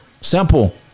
simple